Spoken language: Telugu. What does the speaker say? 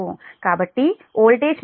కాబట్టి వోల్టేజ్ మాగ్నిట్యూడ్ 1